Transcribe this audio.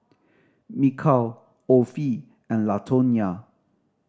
Mikal Offie and Latonya